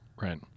Right